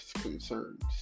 concerns